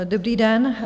Dobrý den.